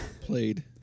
played